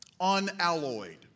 unalloyed